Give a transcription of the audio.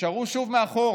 נשארו שוב מאחור?